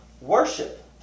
worship